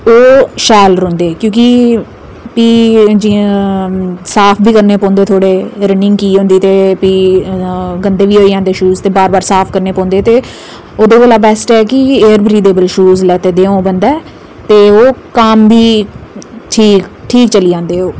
ते शैल रौंह्दे क्योंकि फ्ही जि'यां साफ बी करने पौंदे थोह्ड़े रनिंग कीती दी होंदी ते फ्ही गंदे बी होई जंदे शूज ते बार बार साफ करने पौंदे ते ओह्दे कोला बैस्ट ऐ कि एयर ब्रीथेबल शूज लै बंदा ते ओह् कम्म बी ठीक चली जंदे ओह्